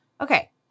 Okay